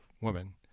woman